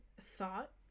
thought